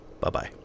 Bye-bye